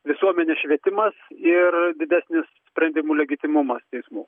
visuomenės švietimas ir didesnis sprendimų legitimumas teismų